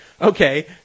okay